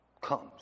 comes